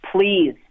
please